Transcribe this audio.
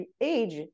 age